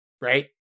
right